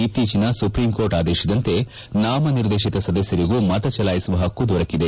ಇತ್ತೀಚಿನ ಸುಪ್ರೀಂಕೋರ್ಟ್ ಆದೇಶದಂತೆ ನಾಮನಿರ್ದೇಶನ ಸದಸ್ಥರಿಗೂ ಮತ ಚಲಾಯಿಸುವ ಹಕ್ಕು ದೊರೆಕಿದೆ